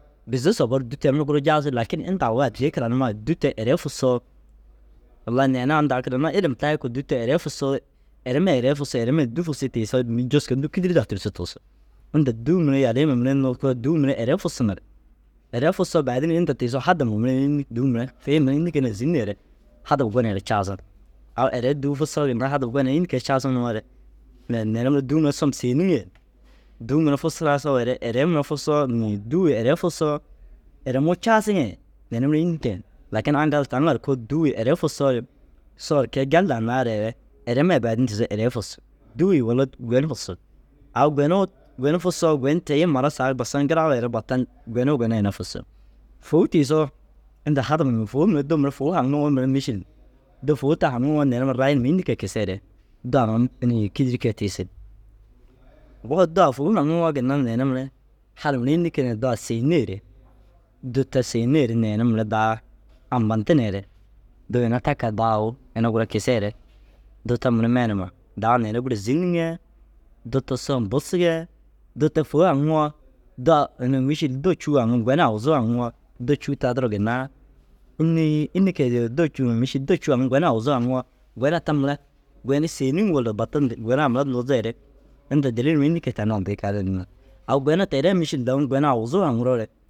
Bizi sobou ru dû te ama guruu jaasu lakin inta au dii kiranumai dû te erei fusoo wallai neene inda au kiranummai ilim tayi koo dû te erei fusoo eremai eree fusu eremai dû fusii tiisoo nu juska dô kîdiri daa tûrtu tusug. Inda dûu mire yaliima mire unnu oko dûu mire erei fusu ŋa ru erei fusoo baadin tiisoo hada numa mire înni? Dûu mire kui mire înni keene ru zîneere hadaf goneere caasiŋ. Au erei dûu fusoo ginna hadaf gonee înni kee caasiŋ nuŋoore? Ne neene mire dûu mire soom sêniŋee dûu mire fusuraa oweere ereima fusoo inii dûu erei fusoo eremuu caasiŋe neene mire înni te. Lakin aŋkal taŋa ru koo dû-i erei fusoore soor kei gal daa naareere eremai baadin tiisoo erei fusu dûu- i wulla gani fusug. Au gonuu goni fusoo goni te- i mura saa basan giraaweere batan goni u gona hina fusug. Fôu tiisoo inta hadaf nima fôu mire dô mire fôu haŋuŋoo mire mîšil dô fôu ta haŋuŋoo neere mire rayi numa înni kee kiseere dô-a ronum inii kîdiri kee tiisig? Bo dô-a fôu haŋuŋoo ginna neene mire hal mire înni keener dô-a sêyineere dô ta sêyineere neere mire daa ampa ntineere dô ina ta kaa daa au ina gura kiseere dô ta mura maana huma daa neere gûro zîniŋee dô ta soom busugee dô ta fôu haŋuŋoo dô-a inii mîšil dô cûu haŋum gona aguzuu haŋuŋoo dô cûu ta duro ginna înnii înni kee yoo dô cûu na mîšil dô cûuwaa mire gona aguzuu haŋuŋoo gona ta mura goni sêeniŋ walla batan dir gonaa mura nuuzeere inta dêlil ma înni kee tani addii kai duro ninaa. Au gona teerei mîšil goŋo gona awuzuu haŋuroore